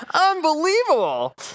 unbelievable